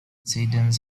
sedans